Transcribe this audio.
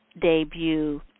debut